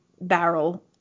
barrel